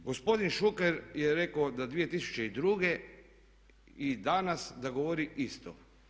Gospodin Šuker je rekao da 2002. i danas da govori isto.